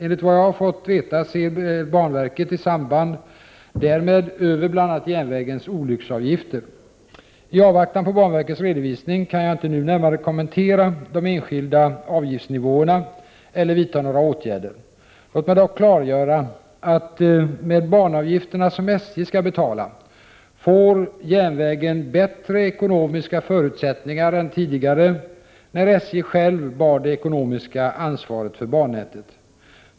Enligt vad jag har fått veta ser banverket i samband därmed över bl.a. järnvägens olycksavgifter. I avvaktan på banverkets redovisning kan jag inte nu närmare kommentera de enskilda avgiftsnivåerna eller vidta några åtgärder. Låt mig dock klargöra att med banavgifterna som SJ skall betala får järnvägen bättre ekonomiska förutsättningar än tidigare när SJ självt bar det ekonomiska ansvaret för bannätet.